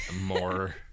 more